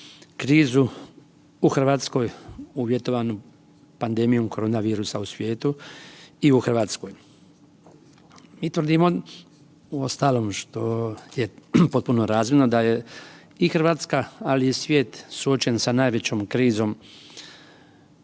krizu u Hrvatskoj uvjetovano pandemijom koronavirusom u svijetu i u Hrvatskoj. Mi tvrdimo uostalom, što je potpuno razvidno da je i Hrvatska, ali i svijet suočen sa najvećom krizom